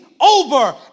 over